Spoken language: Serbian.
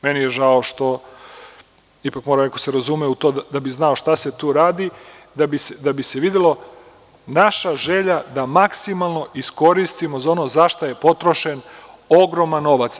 Meni je žao što, ipak mora neko da se razume u to da bi znao šta se tu radi, da bi se videla naša želja da maksimalno iskoristimo za ono za šta je potrošen ogroman novac.